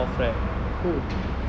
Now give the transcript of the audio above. oh